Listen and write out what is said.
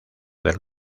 del